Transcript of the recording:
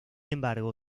embargo